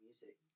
music